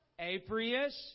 Aprius